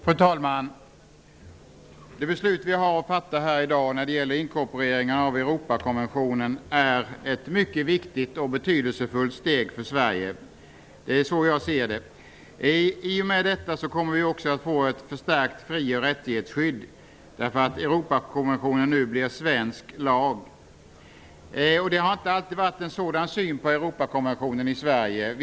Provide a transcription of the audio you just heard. Fru talman! Det beslut som vi kommer att fatta i dag om inkorporering av Europakonventionen är ett mycket viktigt och betydelsefullt steg för Sverige -- som jag ser det. I och med detta kommer vi också få ett förstärkt fri och rättighetsskydd, därför att Europakonventionen nu blir en del av svensk lag. Det har inte alltid varit en sådan syn på Europakonventionen i Sverige som nu.